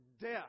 death